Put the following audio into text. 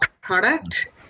product